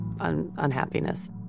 unhappiness